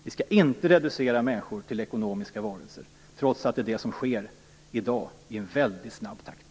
Vi skall inte reducera människor till ekonomiska varelser, trots att det är vad som sker i dag i en väldigt snabb takt.